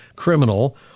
criminal